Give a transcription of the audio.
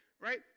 right